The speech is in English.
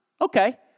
okay